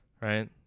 right